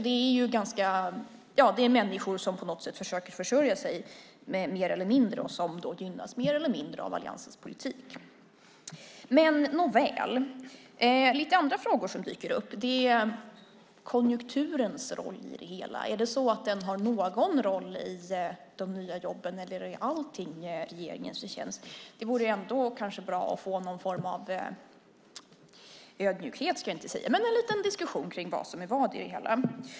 Det är alltså människor som på något sätt mer eller mindre försöker försörja sig och som gynnas mer eller mindre av alliansens politik. En annan fråga som dyker upp är konjunkturens roll i det hela. Är det så att den har någon roll i de nya jobben, eller är allting regeringens förtjänst? Det vore kanske bra att få någon form av, inte direkt ödmjukhet, men en liten diskussion kring vad som är vad i det hela.